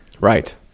Right